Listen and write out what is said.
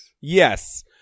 Yes